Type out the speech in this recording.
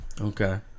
Okay